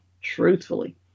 Truthfully